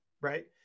right